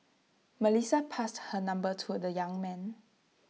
Melissa passed her number to the young man